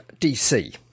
DC